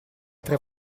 tre